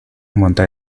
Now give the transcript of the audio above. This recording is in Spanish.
montar